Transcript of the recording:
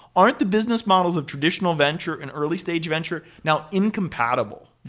aren't the business models of traditional venture and early-stage venture now incompatible?